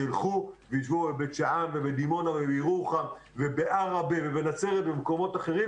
שילכו וישבו בבית שאן ובדימונה ובירוחם ובעראבה ובנצרת ובמקומות אחרים.